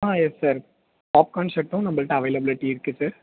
ஆ yes sir popcorn ஷர்ட்டும் நம்பள்கிட்ட availability இருக்குது சார்